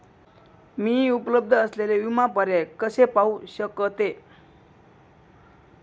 मी उपलब्ध असलेले विमा पर्याय कसे पाहू शकते?